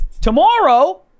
tomorrow